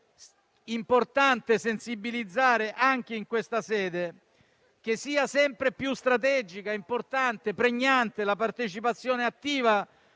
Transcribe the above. importante sensibilizzare, anche in questa sede, affinché sia sempre più strategica, importante e pregnante la partecipazione attiva